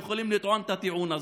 יכולים לטעון את הטיעון הזה,